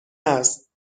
است